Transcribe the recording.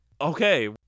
Okay